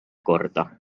korda